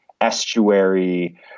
estuary